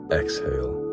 exhale